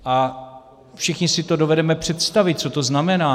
A všichni si to dovedeme představit, co to znamená.